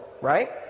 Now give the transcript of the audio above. Right